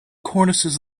cornices